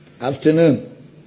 afternoon